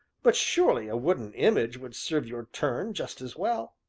but surely a wooden image would serve your turn just as well.